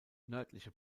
nördliche